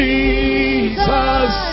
Jesus